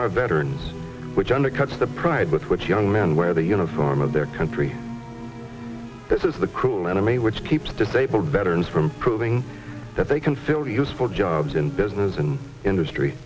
our veterans which undercuts the pride with which young men wear the uniform of their country this is the cruel enemy which keeps disabled veterans from proving that they can still use for jobs in business and industry